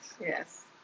yes